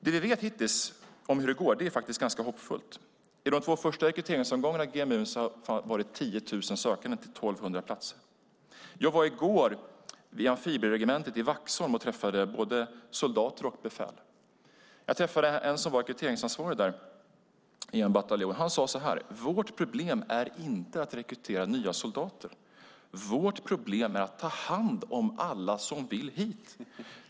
Det vi vet hittills om hur det går är ganska hoppfullt. I de två första rekryteringsomgångarna till GMU var det 10 000 sökande till 1 200 platser. Jag var i går på amfibieregementet i Vaxholm och träffade både soldater och befäl. Jag träffade en rekryteringsansvarig i en bataljon. Han sade: Vårt problem är inte att rekrytera nya soldater, utan vårt problem är att ta hand om alla som vill hit.